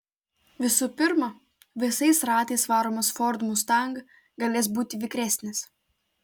visų pirma visais ratais varomas ford mustang galės būti vikresnis